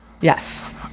Yes